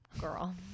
girl